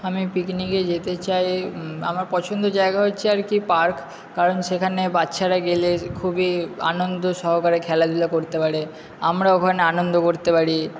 আমি পিকনিকে যেতে চাই আমার পছন্দর জায়গা হচ্ছে আর কি পার্ক কারণ সেখানে বাচ্চারা গেলে খুবই আনন্দ সহকারে খেলাধুলা করতে পারে আমরা ওখানে আনন্দ করতে পারি